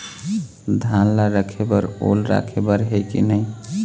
धान ला रखे बर ओल राखे बर हे कि नई?